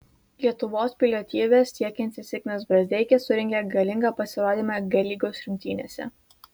lietuvos pilietybės siekiantis ignas brazdeikis surengė galingą pasirodymą g lygos rungtynėse